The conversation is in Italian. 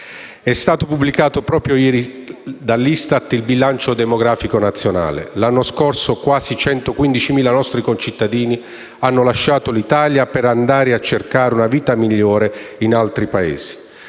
è stato pubblicato dall'ISTAT il Bilancio demografico nazionale. L'anno scorso quasi 115.000 nostri concittadini hanno lasciato l'Italia per andare a cercare una vita migliore in altri Paesi.